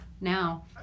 Now